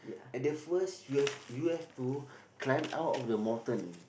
at the first you have you have to climb out of the mountain